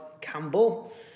Campbell